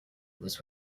was